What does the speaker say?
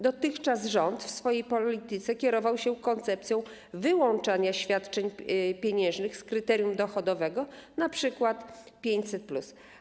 Dotychczas rząd w swojej polityce kierował się koncepcją wyłączania świadczeń pieniężnych z kryterium dochodowego, np. 500+.